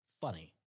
funny